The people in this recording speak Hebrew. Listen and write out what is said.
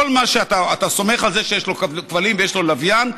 כשאתה סומך על זה שיש לו כבלים ויש לו לוויין,